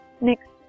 Next